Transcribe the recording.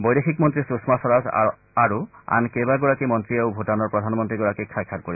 বৈদেশিক মন্ত্ৰী সুযমা স্বৰাজ আৰু আন কেইবাগৰাকী মন্ত্ৰীয়েও ভূটানৰ প্ৰধানমন্ত্ৰীগৰাকীক সাক্ষাৎ কৰিব